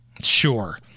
Sure